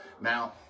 Now